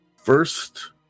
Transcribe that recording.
First